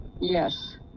Yes